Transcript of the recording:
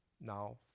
Now